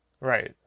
Right